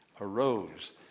arose